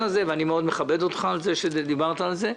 הזה ואני מכבד אותך מאוד על כך שדיברת על זה.